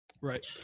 right